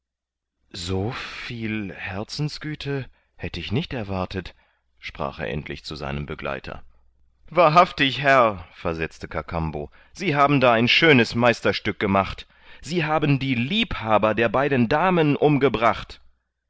so viel herzensgüte hätte ich nicht erwartet sprach er endlich zu seinem begleiter wahrhaftig herr versetzte kakambo sie haben da ein schönes meisterstück gemacht sie haben die liebhaber der beiden damen umgebracht